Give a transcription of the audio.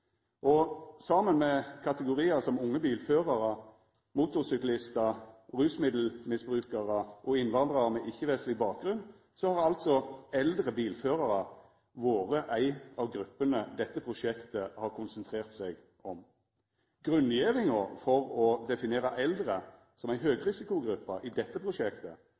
og saman med kategoriar som unge bilførarar, motorsyklistar, rusmiddelmisbrukarar og innvandrarar med ikkje-vestleg bakgrunn har altså eldre bilførarar vore ei av gruppene dette prosjektet har konsentrert seg om. Grunngjevinga for å definera eldre som ei høgrisikogruppe i dette prosjektet